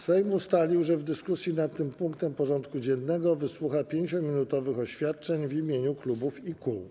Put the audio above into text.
Sejm ustalił, że w dyskusji nad tym punktem porządku dziennego wysłucha 5-minutowych oświadczeń w imieniu klubów i kół.